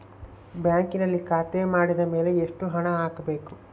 ಬ್ಯಾಂಕಿನಲ್ಲಿ ಖಾತೆ ಮಾಡಿದ ಮೇಲೆ ಎಷ್ಟು ಹಣ ಹಾಕಬೇಕು?